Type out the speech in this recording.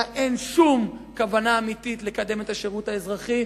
אין שום כוונה אמיתית לקדם את השירות האזרחי.